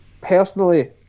personally